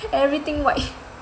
everything white